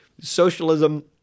Socialism